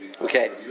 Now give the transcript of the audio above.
okay